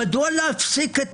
מדוע להפסיק את